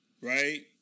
Right